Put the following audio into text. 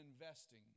investing